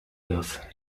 earth